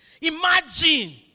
Imagine